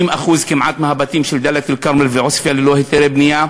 60% כמעט מהבתים של דאלית-אלכרמל ועוספיא ללא היתרי בנייה,